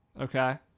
Okay